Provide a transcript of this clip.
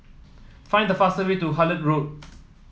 find the fast way to Hullet Road